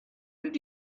did